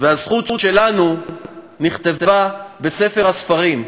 והזכות שלנו נכתבה בספר הספרים.